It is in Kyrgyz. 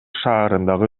шаарындагы